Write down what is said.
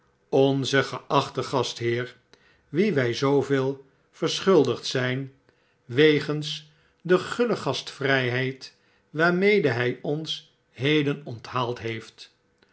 onzen geachten gastheer wien wij zooveel verschuldigd zijn wegens de guile gastvrpeid waarmede hjj onshedenonthaald heeft